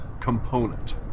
component